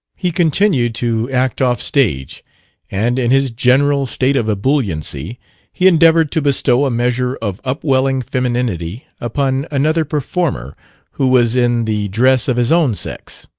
he continued to act off-stage and in his general state of ebulliency he endeavored to bestow a measure of upwelling femininity upon another performer who was in the dress of his own sex.